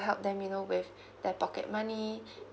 help them you know with their pocket money